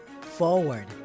forward